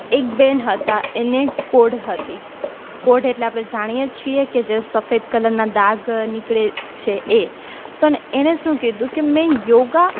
એક બહેન હતાં એને કોઢ હતી કોઢ એટલે આપણે જાણીએ છીએ કે જે સફેદ કલરનાં ડાઘ નીકળે છે એ પણ એણે શુ કીધું કે મેં યોગ